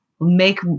make